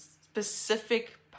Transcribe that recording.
specific